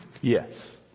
Yes